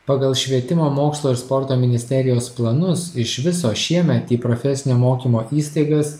pagal švietimo mokslo ir sporto ministerijos planus iš viso šiemet į profesinio mokymo įstaigas